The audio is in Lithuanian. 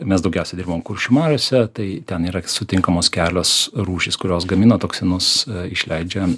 mes daugiausiai dirbam kuršių mariose tai ten yra sutinkamos kelios rūšys kurios gamina toksinus išleidžia